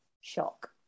shock